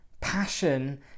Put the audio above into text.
Passion